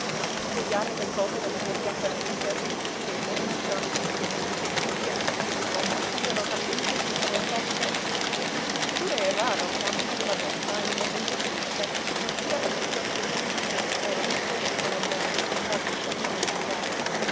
di spogliare le cose delle vecchie apparenze che ormai per abitudine per pigrizia di spirito ponderosamente si sono imposte a tutti eppure è raro che almeno una volta in un momento felice non sia avvenuto a ciascuno di vedere all'improvviso il mondo la vita con occhi nuovi